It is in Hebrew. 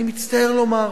אני מצטער לומר,